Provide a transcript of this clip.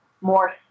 more